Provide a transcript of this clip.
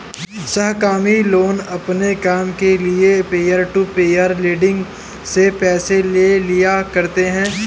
सहकर्मी लोग अपने काम के लिये पीयर टू पीयर लेंडिंग से पैसे ले लिया करते है